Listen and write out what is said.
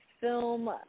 film